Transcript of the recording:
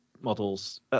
models